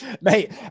mate